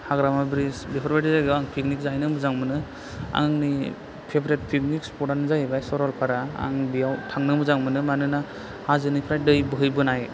हाग्रामा bridge बेफोरबायदि जायगायाव आं फिकनिक जाहैनो मोजां मोनो आंनि फेभरेट फिकनिक स्फदानो जाबाय सरलफारा आं बेयाव थांनो मोजां मोनो मानोना हाजोनिफ्राय दै बोहैबोनाय